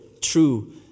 true